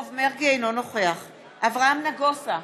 אינו נוכח אברהם נגוסה,